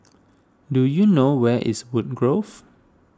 do you know where is Woodgrove